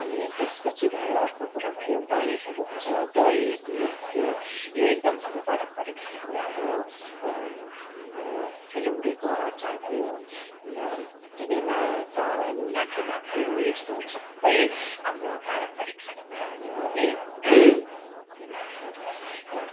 अनि त्यसपछि भयो अर्को कुरा भयो महीहरू हुन्छ दही दुध भयो यो एकदम हाम्रो पारम्परिक खानेकुराहरू फिलुङ्गेको अचार भयो किनेमा त नाकिमा भयो यस्तोहरू सबै हाम्रो पारम्परिक खानेकुराहरू हो है